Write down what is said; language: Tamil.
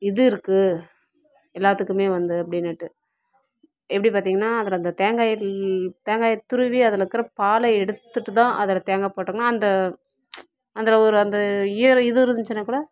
இது இருக்குது எல்லாத்துக்குமே வந்து அப்படினுட்டு எப்படி பார்த்திங்கனா அதில் அந்த தேங்காயில் தேங்காயை துருவி அதில் இருக்கிற பாலை எடுத்துட்டு தான் அதில் தேங்காய் போட்டோம்னா அந்த அந்தில் ஒரு அந்த ஈரம் இது இருந்துச்சுனா கூட